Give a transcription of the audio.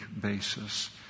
basis